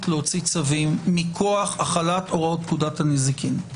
להוציא צווים מכוח החלת הוראות פקודת הנזיקין.